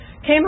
Came